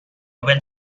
went